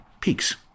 peaks